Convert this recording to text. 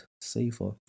safer